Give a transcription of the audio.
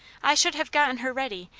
i should have gotten her ready,